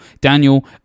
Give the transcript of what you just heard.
Daniel